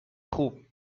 خوب